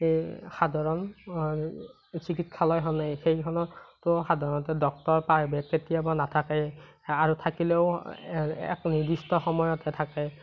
সেই সাধাৰণ চিকিৎসালয় হ'লে সেইখনতো সাধাৰণতে ডক্টৰ পায় বা কেতিয়াবা নাথাকে আৰু থাকিলেও এক নিৰ্দিষ্ট সময়তহে থাকে